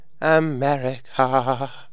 America